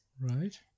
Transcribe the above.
Right